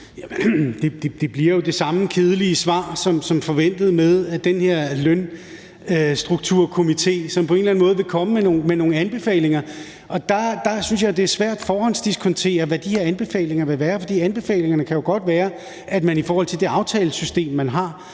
Det bliver jo det samme kedelige svar som forventet, der handler om, at den her lønstrukturkomité på en eller anden måde vil komme med nogle anbefalinger. Der synes jeg, det er svært at forhåndsdiskontere, hvad de her anbefalinger vil være, for anbefalingerne kan jo godt være, at man i forhold til det aftalesystem, man har,